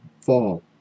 fall